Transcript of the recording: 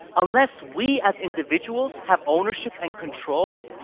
unless we as individual have ownership and control,